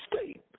state